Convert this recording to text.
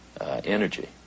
energy